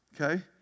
Okay